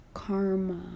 Karma